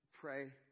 pray